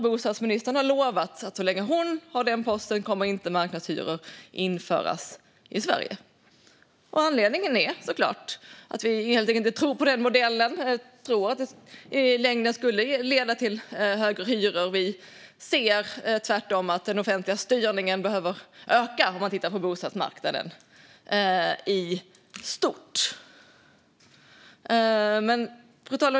Bostadsministern har lovat att så länge hon har den posten kommer inte marknadshyror att införas i Sverige. Anledningen är såklart att vi helt enkelt inte tror på den modellen. Vi tror att den i längden skulle leda till högre hyror. Vi ser tvärtom att den offentliga styrningen på bostadsmarknaden i stort behöver öka. Fru talman!